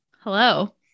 Hello